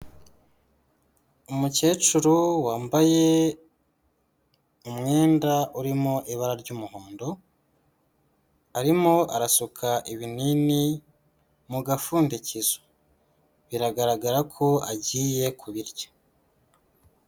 Umukecuru wambaye umwenda urimo ibara ry'umuhondo, arimo arasuka ibinini mu gapfundikizo. Biragaragara ko agiye kubirya.